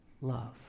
love